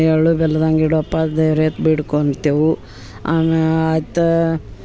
ಎಳ್ಳು ಬೆಲ್ಲದಾಂಗೆ ಇಡಪ್ಪ ದೇವರೇ ಅಂತ್ ಬೇಡ್ಕೊತೆವು ಆಮೇಲ